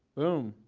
boom!